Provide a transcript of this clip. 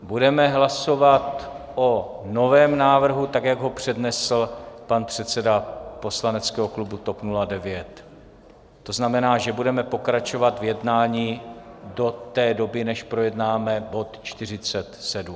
Budeme hlasovat o novém návrhu tak, jak ho přednesl pan předseda poslaneckého klubu TOP 09, to znamená, že budeme pokračovat v jednání do té doby, než projednáme bod 47.